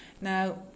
now